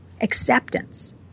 Acceptance